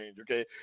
okay